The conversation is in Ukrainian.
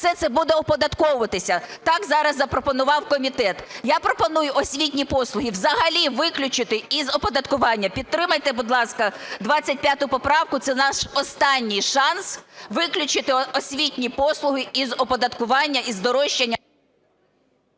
Все це буде оподатковуватися, так зараз запропонував комітет. Я пропоную освітні послуги взагалі виключити із оподаткування. Підтримайте, будь ласка, 25 поправку, це наш останній шанс виключити освітні послуги із оподаткування і здорожчання…